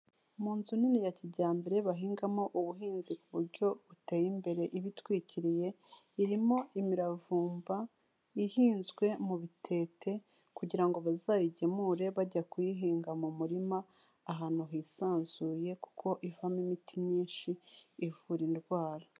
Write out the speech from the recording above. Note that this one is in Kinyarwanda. Mu nzu nini ya kijyambere bahingamo ubuhinzi ku buryo buteye imbere iba itwikiriye, irimo imiravumba ihinzwe mu bitete kugira ngo bazayigemure bajya kuyihinga mu murima ahantu hisanzuye kuko ivamo imiti myinshi ivura indwara.